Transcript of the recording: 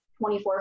24